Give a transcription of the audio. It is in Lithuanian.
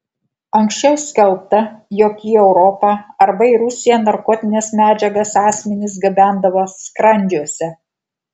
anksčiau skelbta jog į europą arba į rusiją narkotines medžiagas asmenys gabendavo skrandžiuose